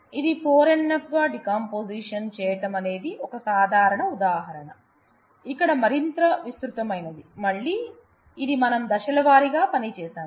ఇది 4 NF గా decomposition చేయటం అనేది ఒక సాధారణ ఉదాహరణ ఇక్కడ మరింత విస్తృతమైనది మళ్ళీ ఇది మనం దశల వారీగా పని చేశాం